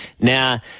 Now